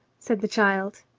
said the child.